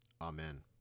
Amen